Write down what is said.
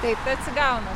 taip atsigaunam